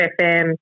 FM